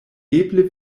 eble